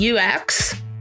UX